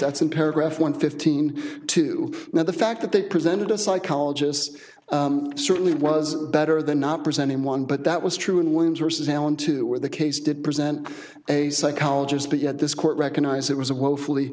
that's in paragraph one fifteen to now the fact that they presented a psychologist certainly was better than not presenting one but that was true in windsor says alan to where the case did present a psychologist but yet this court recognized it was a woefully